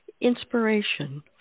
inspiration